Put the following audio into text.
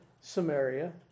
Samaria